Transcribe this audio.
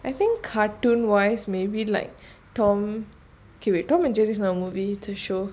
I think cartoon wise maybe like tom K wait tom and jerry is not a movie it's a show